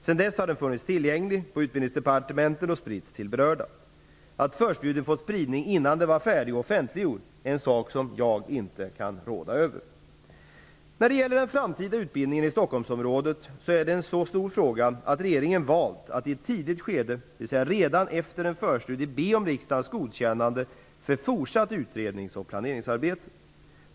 Sedan dess har den funnits tillgänglig på Utbildningsdepartementet och spritts till berörda. Att förstudien fått spridning innan den var färdig och offentliggjord är en sak som jag inte kan råda över. Den framtida utbildningen i Stockholmsområdet är en så stor fråga att regeringen valt att i ett tidigt skede, dvs. redan efter en förstudie, be om riksdagens godkännande för fortsatt utredningsoch planeringsarbete.